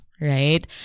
right